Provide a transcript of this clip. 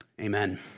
Amen